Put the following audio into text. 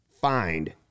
find